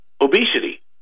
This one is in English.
obesity